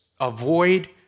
Avoid